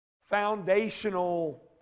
foundational